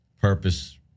purpose